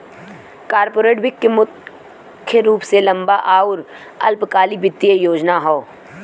corporate वित्त मुख्य रूप से लंबा आउर अल्पकालिक वित्तीय योजना हौ